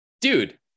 Dude